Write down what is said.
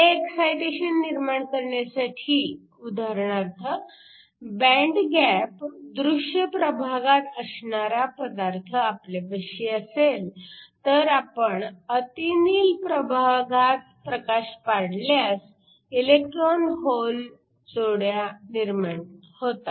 हे एक्सायटेशन निर्माण करण्यासाठी उदाहरणार्थ बँड गॅप दृश्य प्रभागात असणारा पदार्थ आपल्यापाशी असेल तर आपण अतिनील प्रभागात प्रकाश पाडल्यास इलेक्ट्रॉन होल जोड्या निर्माण होतात